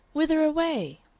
whither away?